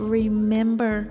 remember